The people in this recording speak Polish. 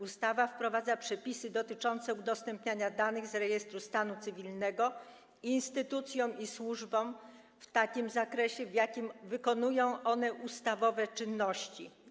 Ustawa wprowadza przepisy dotyczące udostępniania danych z rejestru stanu cywilnego instytucjom i służbom w takim zakresie, w jakim wykonują one ustawowe czynności.